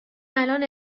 الان